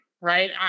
right